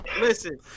Listen